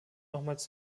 nochmals